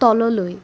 তললৈ